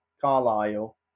Carlisle